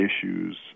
issues